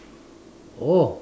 oh